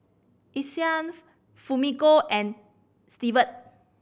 Isaiah Fumiko and Severt